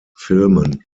filmen